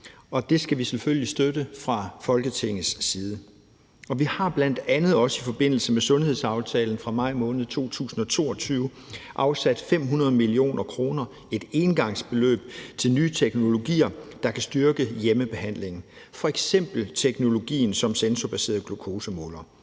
det skal vi selvfølgelig støtte fra Folketingets side. Vi har bl.a. også i forbindelse med sundhedsaftalen fra maj måned 2022 afsat 500 mio. kr., et engangsbeløb, til nye teknologier, der kan styrke hjemmebehandling, f.eks. teknologien bag sensorbaserede glukosemålere.